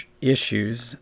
issues